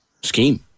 scheme